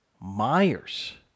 Myers